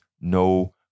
no